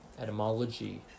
Etymology